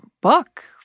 book